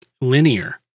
linear